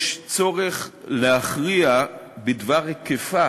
יש צורך להכריע בדבר היקפה